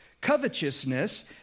covetousness